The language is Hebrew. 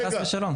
רק חס ושלום.